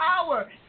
power